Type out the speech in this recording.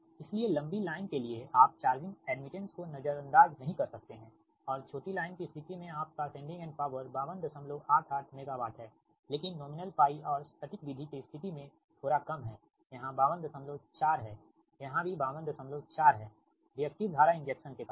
इसलिए लंबी लाइन के लिए आप चार्जिंग एड्मिटेंस को नज़रअंदाज़ नहीं कर सकते हैं और छोटी लाइन कि स्थिति में आपका सेंडिंग एंड पॉवर 5288 मेगावाट है लेकिन नॉमिनल और सटीक विधि कि स्थिति में थोड़ा कम है यहाँ 524 है यहाँ भी 524 है रिएक्टिव धारा इंजेक्शन के कारण